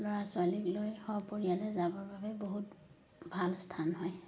ল'ৰা ছোৱালীক লৈ সপৰিয়ালে যাবৰ বাবে বহুত ভাল স্থান হয়